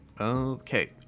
Okay